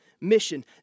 mission